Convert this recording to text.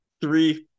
three